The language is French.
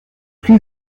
plus